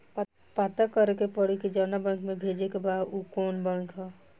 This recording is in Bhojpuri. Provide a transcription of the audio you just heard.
पता करे के पड़ी कि जवना बैंक में भेजे के बा उ कवन बैंक ह